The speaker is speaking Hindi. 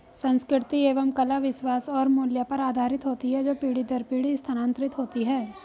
संस्कृति एवं कला विश्वास और मूल्य पर आधारित होती है जो पीढ़ी दर पीढ़ी स्थानांतरित होती हैं